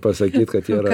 pasakyt kad jie yra